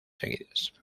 seguidas